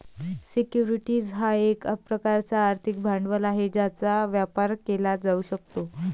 securities हा एक प्रकारचा आर्थिक भांडवल आहे ज्याचा व्यापार केला जाऊ शकतो